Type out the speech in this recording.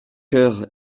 heures